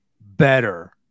better